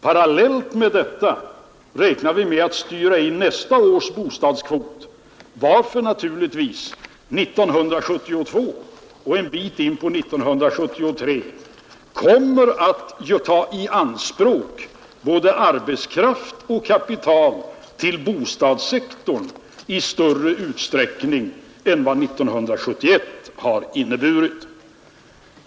Parallellt med detta räknar vi emellertid med att styra in nästa års bostadskvot, varför bostadssektorn under 1972 och en bit in på 1973 kommer att ta i anspråk både arbetskraft och kapital i större utsträckning än år 1971.